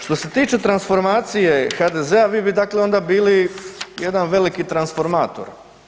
Što se tiče transformacije HDZ-a vi bi dakle onda bili jedan veliki transformator.